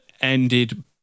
ended